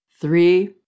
Three